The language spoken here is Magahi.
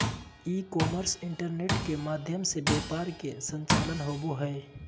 ई कॉमर्स इंटरनेट के माध्यम से व्यापार के संचालन होबा हइ